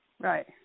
Right